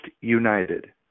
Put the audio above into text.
united